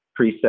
preset